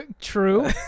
True